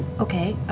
okay,